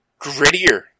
grittier